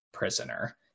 prisoner